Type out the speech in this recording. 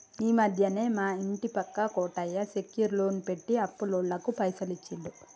ఈ మధ్యనే మా ఇంటి పక్క కోటయ్య సెక్యూర్ లోన్ పెట్టి అప్పులోళ్లకు పైసలు ఇచ్చిండు